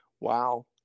Wow